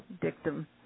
dictum